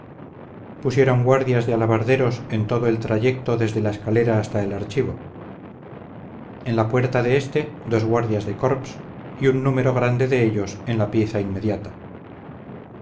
pusieron guardias de alabarderos en todo el trayecto desde la escalera hasta el archivo en la puerta de este dos guardias de corps y un número grande de ellos en la pieza inmediata